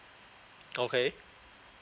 okay